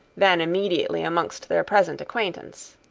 than immediately amongst their present acquaintance.